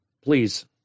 please